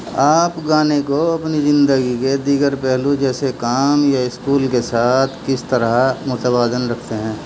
آپ گانے کو اپنی زندگی کے دیگر پہلو جیسے کام یا اسکول کے ساتھ کس طرح متوازن رکھتے ہیں